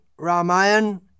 Ramayan